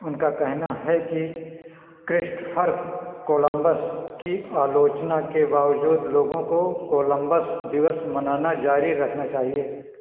उनका कहना है कि क्रिस्टफर कोलम्बस की आलोचना के बावजूद लोगों को कोलम्बस दिवस मनाना जारी रखना चाहिए